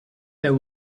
there